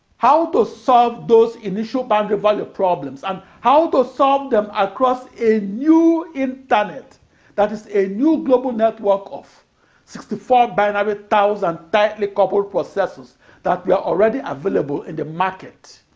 how to solve those initial-boundary value problems and how to solve them across a new internet that is a new global network of sixty four binary thousand tightly-coupled processors that were already available in the market.